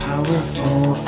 powerful